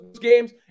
games